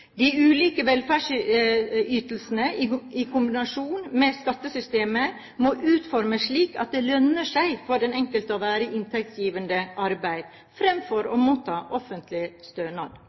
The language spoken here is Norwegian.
De ulike velferdsytelsene, i kombinasjon med skattesystemet, må utformes slik at det lønner seg for den enkelte å være i inntektsgivende arbeid fremfor å motta